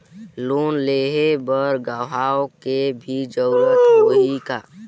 Loan लेहे बर गवाह के भी जरूरत होही का?